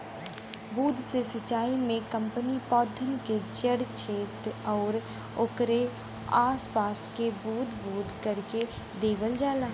बूंद से सिंचाई में पानी पौधन के जड़ छेत्र आउर ओकरे आस पास में बूंद बूंद करके देवल जाला